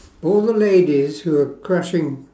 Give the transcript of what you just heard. all the ladies who are crushing